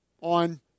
on